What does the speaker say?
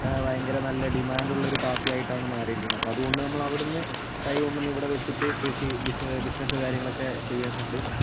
ഭയങ്കര നല്ല ഡിമാണ്ടുള്ളൊരു കാപ്പിയായിട്ടാണ് മാറിയിരിക്കുന്നത് അപ്പോൾ അതുകൊണ്ട് നമ്മൾ അവിടെ നിന്ന് തൈ കൊണ്ടുവന്ന് ഇവിടെ വെച്ചിട്ട് കൃഷി ബിസ്സ ബിസിനസ്സ് കാര്യങ്ങളൊക്കെ ചെയ്യുന്നുണ്ട്